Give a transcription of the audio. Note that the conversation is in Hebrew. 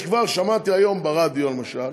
יש כבר, שמעתי היום ברדיו, למשל,